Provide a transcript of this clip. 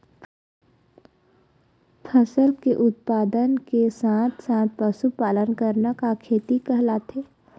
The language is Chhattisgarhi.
फसल के उत्पादन के साथ साथ पशुपालन करना का खेती कहलाथे?